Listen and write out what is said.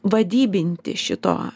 vadybinti šito